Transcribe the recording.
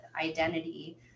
identity